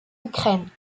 ukraine